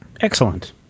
Excellent